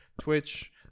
Twitch